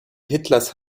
hitlers